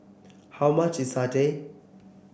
how much is satay